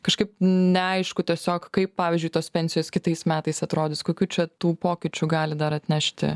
kažkaip neaišku tiesiog kaip pavyzdžiui tos pensijos kitais metais atrodys kokių čia tų pokyčių gali dar atnešti